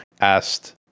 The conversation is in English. asked